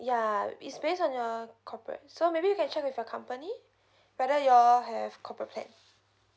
ya it's based on your corporate so maybe you can check with your company whether you all have corporate plan